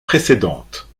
précédentes